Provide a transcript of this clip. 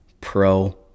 pro